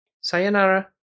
Sayonara